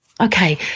Okay